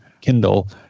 Kindle